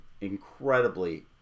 incredibly